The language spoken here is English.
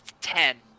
Ten